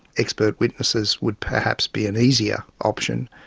expert witnesses would perhaps be an easier option,